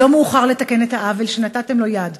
עוד לא מאוחר לתקן את העוול שנתתם לו יד.